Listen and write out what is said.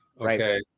Okay